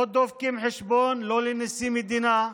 לא דופקים חשבון לא לנשיא המדינה,